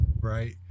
right